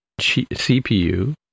CPU